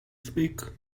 speak